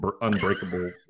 unbreakable